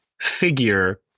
figure